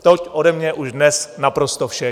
Toť ode mě už dnes naprosto vše.